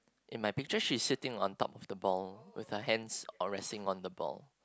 in my picture she is sitting on top of the ball with her hands resting on the ball